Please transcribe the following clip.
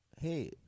hey